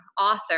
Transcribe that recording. author